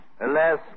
Alas